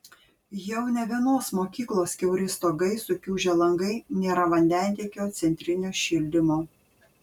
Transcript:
jau ne vienos mokyklos kiauri stogai sukiužę langai nėra vandentiekio centrinio šildymo